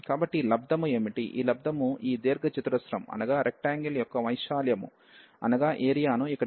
కాబట్టి ఈ లబ్దము ఏమిటి ఈ లబ్ధము ఈ దీర్ఘ చతురస్రం యొక్క వైశాల్యము ను ఇక్కడ ఇస్తుంది